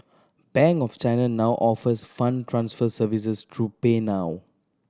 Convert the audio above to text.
Bank of China now offers fund transfer services through PayNow